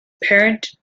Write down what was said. parentage